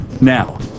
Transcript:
Now